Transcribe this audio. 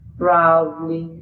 proudly